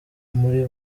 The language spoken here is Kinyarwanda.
muri